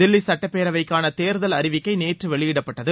தில்லி சட்டப்பேரவைக்கான தேர்தல் அறிவிக்கை நேற்று வெளியிடப்பட்டது